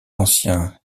anciens